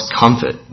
comfort